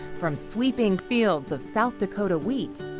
from sweeping fields of south dakota wheat.